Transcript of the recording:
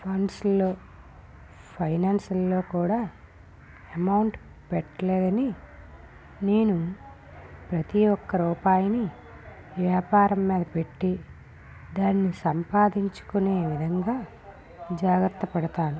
ఫండ్స్లో ఫైనాన్సులలో కూడా అమౌంట్ పెట్టలేని నేను ప్రతి ఒక్క రూపాయిని వ్యాపారం మీద పెట్టి దాన్ని సంపాదించుకునే విధంగా జాగ్రత్తపడతాను